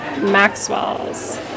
Maxwell's